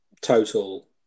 total